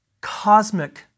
cosmic